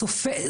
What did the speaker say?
סופר,